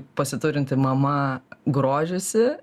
pasiturinti mama grožisi